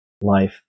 life